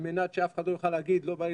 על מנת שאף אחד לא יגיד שלא בא לו